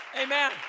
Amen